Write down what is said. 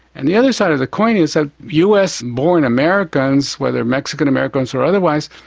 and the other side of the coin is that us born americans, whether mexican-americans or otherwise,